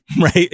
right